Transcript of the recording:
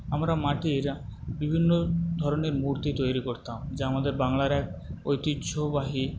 আমরা মাটির বিভিন্ন ধরণের মূর্তি তৈরি করতাম যা আমাদের বাংলার এক ঐতিহ্যবাহী